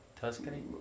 Tuscany